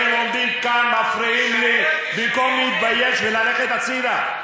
אתם עומדים כאן ומפריעים לי במקום להתבייש וללכת הצדה.